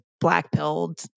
black-pilled